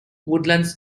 woodlands